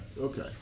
okay